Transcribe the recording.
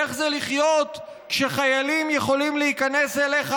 איך זה לחיות כשחיילים יכולים להיכנס אליך